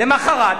למחרת,